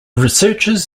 researchers